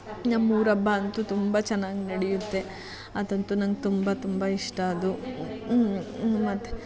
ನಮ್ಮ ಊರ ಹಬ್ಬ ಅಂತೂ ತುಂಬ ಚೆನ್ನಾಗ್ ನಡೆಯುತ್ತೆ ಅದಂತೂ ನಂಗೆ ತುಂಬ ತುಂಬ ಇಷ್ಟ ಅದು ಮತ್ತು